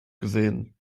gesehen